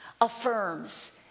affirms